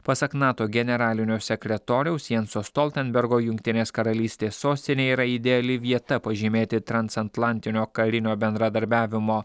pasak nato generalinio sekretoriaus janso stoltenbergo jungtinės karalystės sostinė yra ideali vieta pažymėti transatlantinio karinio bendradarbiavimo